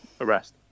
arrest